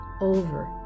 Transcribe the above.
over